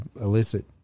illicit